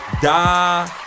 Da